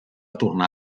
tornar